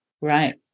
Right